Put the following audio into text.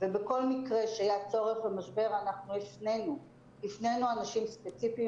ובכל מקרה שהיה צורך במשבר הפנינו אנשים ספציפיים